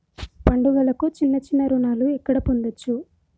పండుగలకు చిన్న చిన్న రుణాలు ఎక్కడ పొందచ్చు?